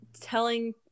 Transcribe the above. telling